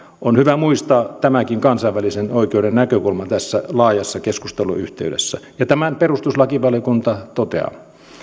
on hyvä muistaa tämäkin kansainvälisen oikeuden näkökulma tässä laajassa keskusteluyhteydessä ja tämän perustuslakivaliokunta toteaa